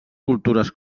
cultures